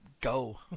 go